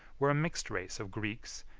were a mixed race of greeks,